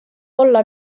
olla